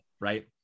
right